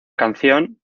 canción